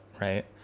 right